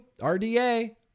RDA